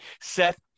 Seth